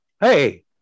Hey